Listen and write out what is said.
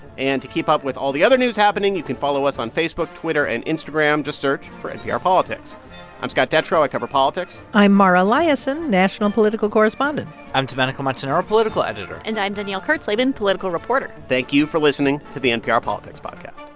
and to keep up with all the other news happening, you can follow us on facebook, twitter and instagram. just search for npr politics i'm scott detrow. i cover politics i'm mara liasson, national political correspondent i'm domenico montanaro, political editor and i'm danielle kurtzleben, political reporter thank you for listening to the npr politics podcast